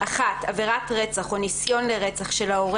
(1)עבירת רצח או ניסיון לרצח של ההורה